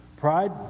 pride